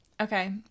Okay